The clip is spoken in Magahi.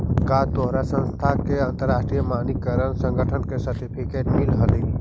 का तोहार संस्था को अंतरराष्ट्रीय मानकीकरण संगठन का सर्टिफिकेट मिलल हई